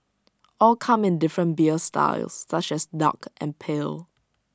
all come in different beer styles such as dark and pale